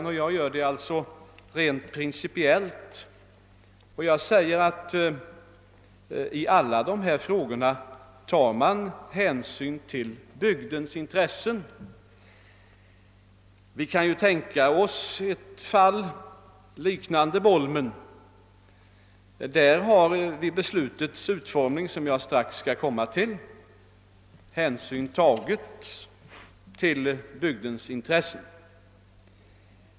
Jag behandlar den därför från rent principiell synpunkt. I alla frågor av detta slag tar man hänsyn till bygdens intressen. Vi kan t.ex. i ett fall liknande Bolmenärendet utgå från att det vid beslutets utformning — som jag strax skall komma till — tagits hänsyn till bygdens intres sjövatten från en region till en annan sen.